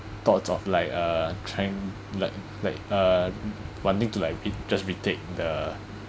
thoughts of like uh trying like like uh wanting to like re~ just retake the